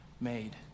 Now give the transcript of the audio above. made